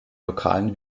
lokalen